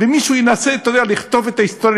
ומישהו ינסה לכתוב את ההיסטוריה,